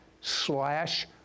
slash